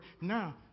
now